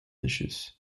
issues